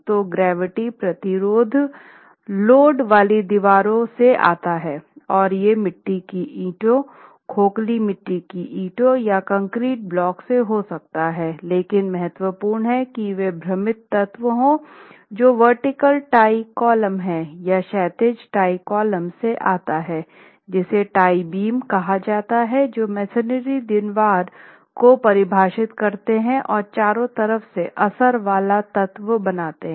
तो गुरुत्वाकर्षण प्रतिरोध लोड वाली दीवारों से आता है और ये मिट्टी की ईंटों खोखली मिट्टी की ईंटों या कंक्रीट ब्लॉक से हो सकता हैं लेकिन महत्वपूर्ण है कि वे भ्रमित तत्व हो जो ऊर्ध्वाधर टाई कॉलम हैं या क्षैतिज टाई कॉलम से आता है जिसे टाई बीम कहा जाता है जो मेसनरी दीवार को परिभाषित करते हैं और चारों तरफ से असर वाला तत्व बनाते हैं